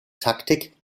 taktik